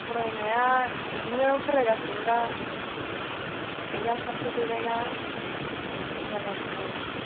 फरायनाया इदिनो फरायगासिनो दा एकजाम खाथि सफैबायना फरायगासिनो औ